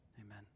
amen